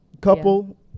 couple